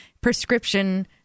prescription